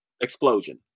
explosion